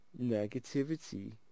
negativity